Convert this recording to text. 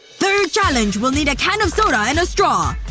third challenge will need a can of soda and a straw